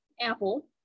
apple